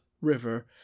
river